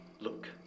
Look